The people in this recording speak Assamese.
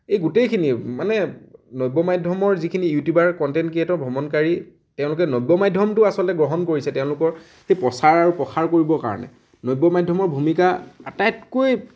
এই গোটেইখিনি মানে নব্য মাধ্য়মৰ যিখিনি ইউটিউবাৰ কণ্টেন্ট ক্ৰিয়েটৰ ভ্ৰমণকাৰী তেওঁলোকে নব্য মাধ্য়মতো আচলতে গ্ৰহণ কৰিছে তেওঁলোকৰ সেই প্ৰচাৰ আৰু প্ৰসাৰ কৰিবৰ কাৰণে নব্য মাধ্য়মৰ ভূমিকা আটাইতকৈ